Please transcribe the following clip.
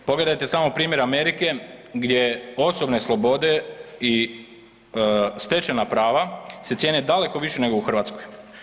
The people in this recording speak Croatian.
Pogledajte samo primjer Amerike gdje osobne slobode i stečena prava se cijene daleko više nego u Hrvatskoj.